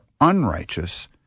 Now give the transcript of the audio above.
unrighteous